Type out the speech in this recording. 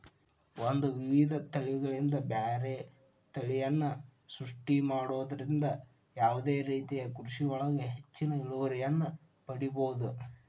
ಒಂದ್ ವಿಧದ ತಳಿಗಳಿಂದ ಬ್ಯಾರೆ ತಳಿಯನ್ನ ಸೃಷ್ಟಿ ಮಾಡೋದ್ರಿಂದ ಯಾವದೇ ರೇತಿಯ ಕೃಷಿಯೊಳಗ ಹೆಚ್ಚಿನ ಇಳುವರಿಯನ್ನ ಪಡೇಬೋದು